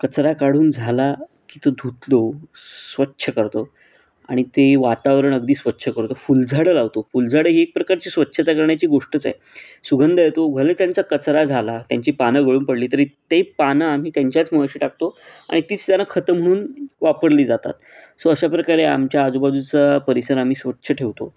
कचरा काढून झाला की तो धुतलो स्वच्छ करतो आणि ते वातावरण अगदी स्वच्छ करतो फुलझाडं लावतो फुलझाडं ही एक प्रकारची स्वच्छता करण्याची गोष्टच आहे सुगंध येतो भले त्यांचा कचरा झाला त्यांची पानं गळून पडली तरी ते पानं आम्ही त्यांच्याच मुळाशी टाकतो आणि तीच त्यांना खतं म्हणून वापरली जातात सो अशा प्रकारे आमच्या आजूबाजूचा परिसर आम्ही स्वच्छ ठेवतो